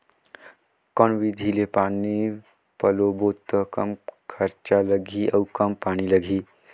कौन विधि ले पानी पलोबो त कम खरचा लगही अउ कम पानी लगही?